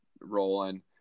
rolling